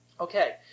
Okay